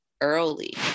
early